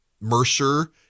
Mercer